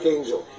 Angel